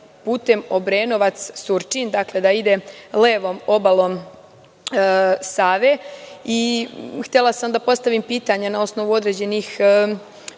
putem Obrenovac-Surčin. Dakle, da ide levom obalom Save. Htela bih da postavim pitanje, na osnovu određenih